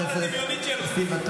למה אתה לא אומר את האמת,